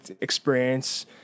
experience